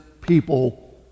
people